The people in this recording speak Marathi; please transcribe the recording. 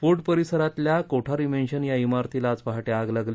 फोर्ट परिसरातल्या कोठारी मेन्शन या इमारतीला आज पहाटे आग लागली